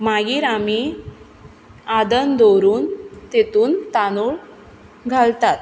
मागीर आमी आदन दवरून तितून तांदूळ घालतात